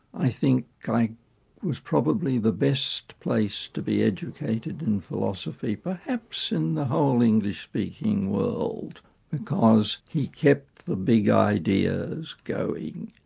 i think it was probably the best place to be educated in philosophy perhaps in the whole english-speaking world because he kept the big ideas going,